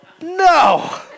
no